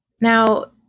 Now